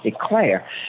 declare